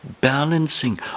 balancing